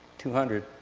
two hundred.